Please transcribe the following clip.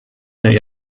they